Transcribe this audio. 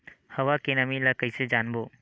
हवा के नमी ल कइसे जानबो?